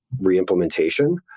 re-implementation